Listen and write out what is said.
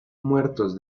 muertos